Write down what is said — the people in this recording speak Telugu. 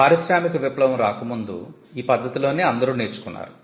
పారిశ్రామిక విప్లవం రాకముందు ఈ పద్ధతిలోనే అందరు నేర్చుకున్నారు